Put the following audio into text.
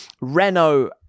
Renault